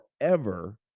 forever